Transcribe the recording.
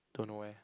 don't know eh